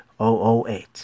008